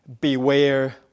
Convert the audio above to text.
beware